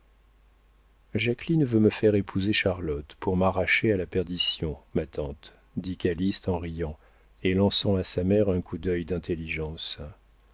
jacqueline veut me faire épouser charlotte pour m'arracher à la perdition ma tante dit calyste en riant et lançant à sa mère un coup d'œil d'intelligence